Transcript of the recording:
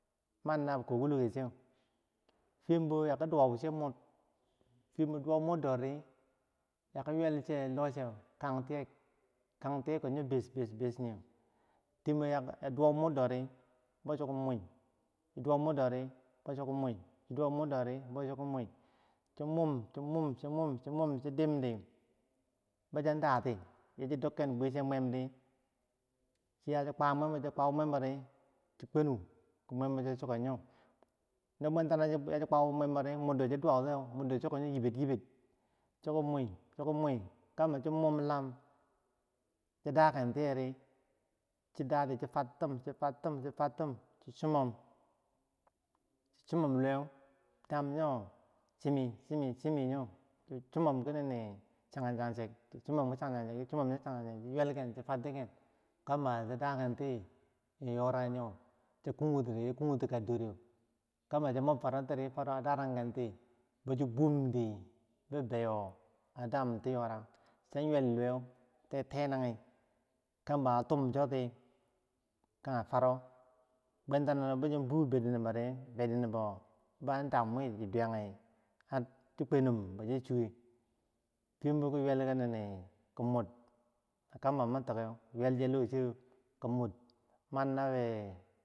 Manna bikokitok, fiyembo yaki dowauche mu fiyem bo dowau murdodi yaki yuwel che loche kantiyek yo besh besh, besh beshyo, chi dowu murdodi beu chiki muyi chi mum, dowu murdore beu chiki muyi chi mum, dowu murdore beu chiki mum, chi mom, chi mom, chidimdi, chidimdi, chidimdi, o, cha dati, yachi kwau mulembo di, bo cha dati, Murdo cha dowautiye iber yiber cho mumdi cho dati, cho fatim, cho, fatim, chi chimun luwem. damyo simi simiyo. sumauki chang change chang change chiyek yadda chadakenti yorak cha cha cha kugu tika chang change, no bo cho bumdi, cha yuwel luwe te, tenangi yadda bo atum choti kange fareu, bedi nim adoyagun chi kwenina chu. chuwe fiyembo ki yuwel che lochiki mur, manna nabi